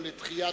או לדחיית,